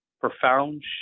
profound